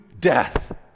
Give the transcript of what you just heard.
death